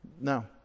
No